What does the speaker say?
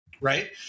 right